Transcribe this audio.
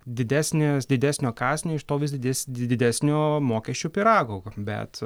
didesnės didesnio kąsnio iš to vis didės didesnio mokesčių pyrago bet